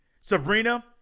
Sabrina